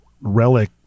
relic